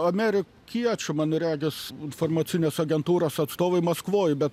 amerikiečių man regis informacinės agentūros atstovai maskvoj bet